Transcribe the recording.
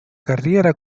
carriera